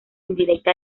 indirecta